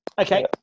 Okay